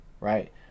right